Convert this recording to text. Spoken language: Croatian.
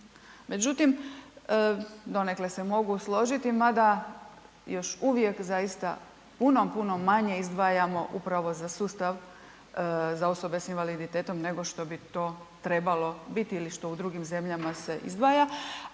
Međutim, donekle se mogu složiti, mada još uvijek zaista puno, puno manje izdvajamo upravo za sustav za osobe s invaliditetom nego što bi to trebalo biti ili što u drugim zemljama se izdvaja,